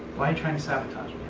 trying to sabotage me?